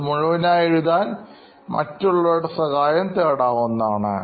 അത് മുഴുവനായി എഴുതാൻ മറ്റുള്ളവരുടെ സഹായം തേടാവുന്നതാണ്